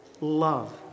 Love